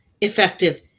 effective